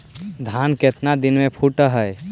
धान केतना दिन में फुट है?